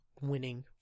winning